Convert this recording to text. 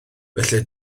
felly